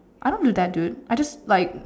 I don't do that dude I just like